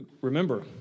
Remember